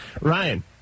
Ryan